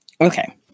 Okay